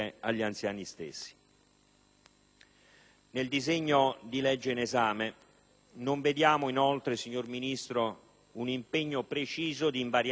Nel disegno di legge in esame non vediamo inoltre, signor Ministro, un impegno preciso di invarianza fiscale. Anzi,